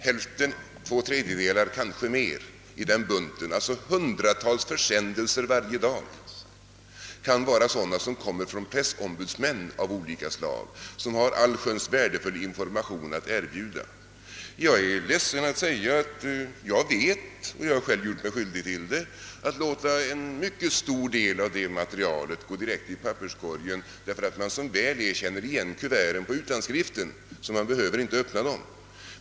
Hälften eller två tredjedelar eller kanske mer av försändelserna i denna bunt — hundratals försändelser varje dag — kan vara sådant som kommer från pressombudsmän av olika slag, som har allsköns värdefull information att erbjuda. Jag är ledsen att behöva säga att jag själv gjort mig skyldig till att låta en mängd sådant material gå direkt i papperskorgen. Som väl är känner man igen försändelserna på utanskriften, så man behöver inte öppna kuverten.